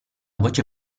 voce